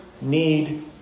need